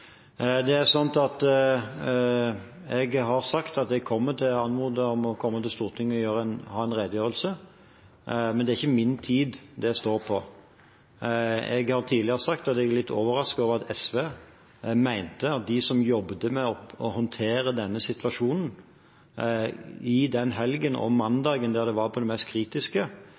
Jeg har sagt at jeg kommer til å anmode om å komme til Stortinget og ha en redegjørelse, men det er ikke min tid det står på. Jeg har tidligere sagt at jeg er litt overrasket over at SV mente at de som jobbet med å håndtere denne situasjonen, i den helgen og mandagen det var på det mest kritiske,